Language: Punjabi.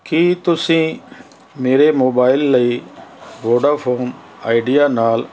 ਕੀ ਤੁਸੀਂ ਮੇਰੇ ਮੋਬਾਈਲ ਲਈ ਵੋਡਾਫੋਨ ਆਈਡੀਆ ਨਾਲ